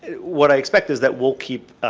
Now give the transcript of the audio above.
what i expect is that we'll keep,